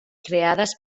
creades